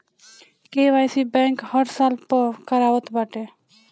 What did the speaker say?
KYC bank हर साल पअ करावत बाटे